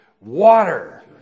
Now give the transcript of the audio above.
water